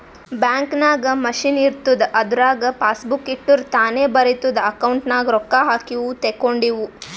bank ನಾಗ್ machine ಇರ್ತುದ್ ಅದುರಾಗ್ ಪಾಸಬುಕ್ ಇಟ್ಟುರ್ ತಾನೇ ಬರಿತುದ್ ಅಕೌಂಟ್ ನಾಗ್ ರೊಕ್ಕಾ ಹಾಕಿವು ತೇಕೊಂಡಿವು